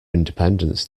independence